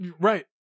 Right